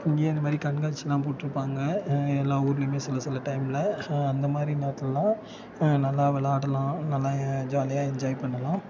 இங்கேயும் அந்த மாதிரி கண்காட்சிலாம் போட்டுருப்பாங்க எல்லா ஊர்லேயுமே சில சில டைமில் அந்த மாதிரி நேரத்திலலாம் நல்லா விளாடலாம் நல்லா ஜாலியாக என்ஜாய் பண்ணலாம்